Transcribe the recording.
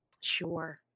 Sure